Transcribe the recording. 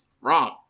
Wrong